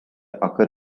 occur